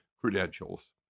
credentials